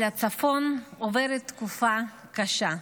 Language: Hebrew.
על הצפון עוברת תקופה קשה: